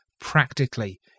practically